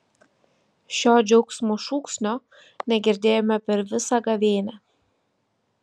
šio džiaugsmo šūksnio negirdėjome per visą gavėnią